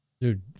Dude